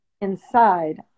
inside